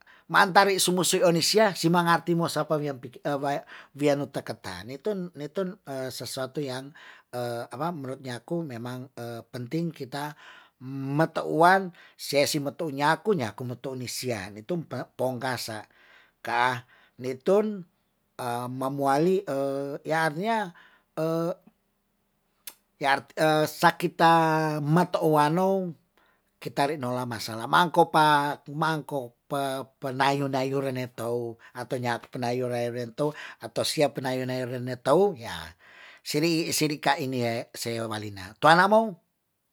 Mantari sumusi eni sia, si mangarti mo sapa wi wianu taketani tun- nitun sesuatu yang apa, menurut nyaku penting kita mete'uan sie si metou nyaku, nyaku metou ni sian nitum ponggasa', kah nitun mamoali ya artinya sa kita metou wanou, kita re' no la masalah mangko pa mangko, pe- penayu ndayu re netou atau nya penayu re rentou atau sia penayu ne renetou ya siri sirika ini se walina tuanamong